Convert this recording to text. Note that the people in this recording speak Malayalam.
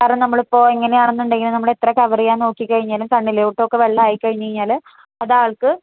കാരണം നമ്മളിപ്പോള് ഇങ്ങനെയാണെന്നുണ്ടെങ്കില് നമ്മളെത്ര കവര് ചെയ്യാൻ നോക്കിക്കഴിഞ്ഞാലും കണ്ണിലോട്ടൊക്കെ വെള്ളമായി കഴിഞ്ഞുകഴിഞ്ഞാല് അതാൾക്ക്